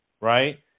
right